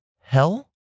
hell